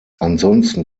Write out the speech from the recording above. ansonsten